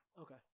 Okay